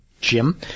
Jim